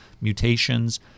mutations